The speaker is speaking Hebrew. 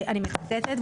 אני מצטטת,